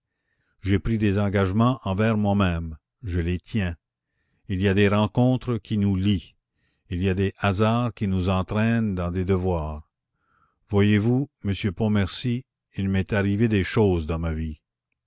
j'ai pris des engagements envers moi-même je les tiens il y a des rencontres qui nous lient il y a des hasards qui nous entraînent dans des devoirs voyez-vous monsieur pontmercy il m'est arrivé des choses dans ma vie